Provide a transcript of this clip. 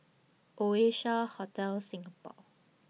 Oasia Hotel Singapore